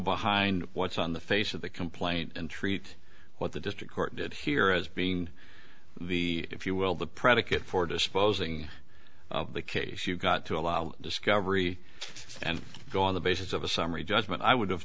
behind what's on the face of the complaint and treat what the district court did here as being the if you will the predicate for disposing of the case you've got to allow discovery and go on the basis of a summary judgment i would